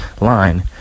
line